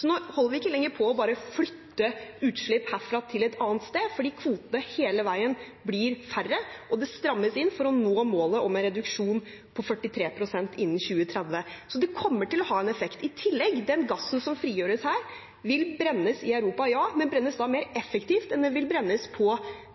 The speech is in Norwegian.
nå holder vi ikke lenger på med bare å flytte utslipp herfra til et annet sted, for det blir hele veien færre kvoter, og det strammes inn for å nå målet om en reduksjon på 43 pst. innen 2030. Det kommer til å ha en effekt. I tillegg: Ja, den gassen som frigjøres her, vil brennes i Europa, men brennes da mer effektivt enn den vil brennes på